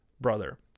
brother